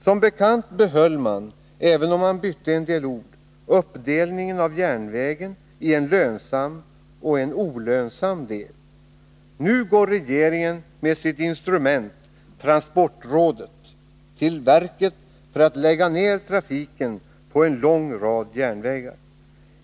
Som bekant behöll man — även om man bytte en del ord — uppdelningen av järnvägen i en lönsam och en olönsam del. Nu går regeringen med sitt instrument — transportrådet — till verket för att lägga ner trafiken på en lång rad järnvägar.